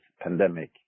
pandemic